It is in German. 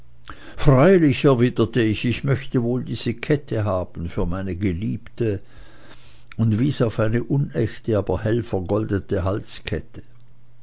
freilich erwiderte ich ich möchte wohl diese kette haben für meine geliebte und wies auf eine unechte aber hell vergoldete halskette